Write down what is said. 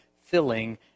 filling